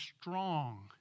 strong